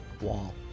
wall